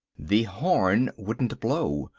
the horn wouldn't blow!